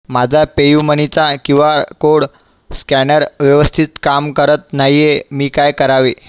माझा pay U मनीचा Q R code scanner व्यवस्थित काम करत नाही आहे मी काय करावे